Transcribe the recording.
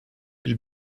bil